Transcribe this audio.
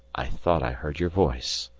i thought i heard your voice,